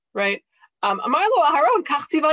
right